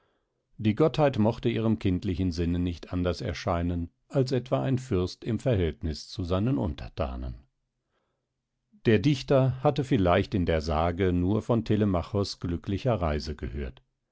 die gottheit mochte ihrem kindlichen sinne nicht anders erscheinen als etwa ein fürst im verhältnis zu seinen unterthanen der dichter hatte vielleicht in der sage nur von telemachos glücklicher reise gehört